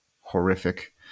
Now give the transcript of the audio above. horrific